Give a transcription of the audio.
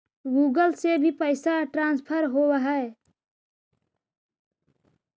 Google से भी पैसा ट्रांसफर होवहै?